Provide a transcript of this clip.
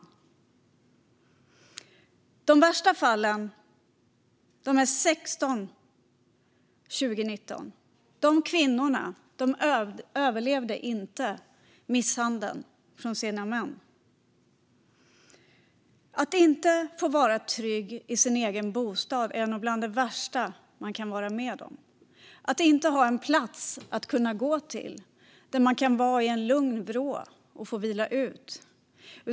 I de värsta fallen - det var 16 sådana år 2019 - överlevde kvinnorna inte misshandeln från sina män. Att inte vara trygg i sin egen bostad är nog bland det värsta man kan vara med om. Tänk att inte ha en plats som man kan gå till, där det finns en lugn vrå där man kan vila ut!